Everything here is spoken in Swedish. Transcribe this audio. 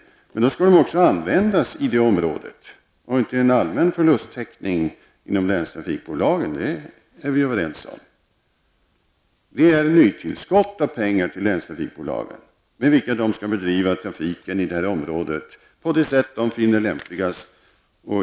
Men pengarna skall då också användas i det området och inte till en allmän förlusttäckning inom länstrafikbolagen. Det bör vi kunna vara överens om. Det blir ett nytillskott av pengar till länstrafikbolagen för att bedriva trafiken i det här området på det sätt som man finner lämpligast.